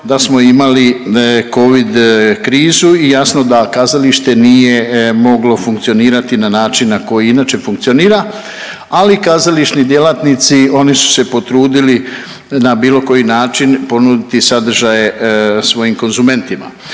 da smo imali covid krizu i jasno da kazalište nije moglo funkcionirati na način na koji inače funkcionira, ali kazališni djelatnici oni su se potrudili na bilo koji način ponuditi sadržaje svojim konzumentima.